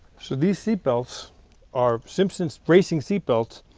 so these seat belts are simpson's racing seat belts